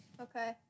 Okay